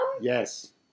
Yes